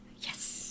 Yes